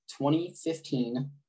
2015